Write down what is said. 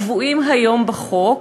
הקבועים היום בחוק,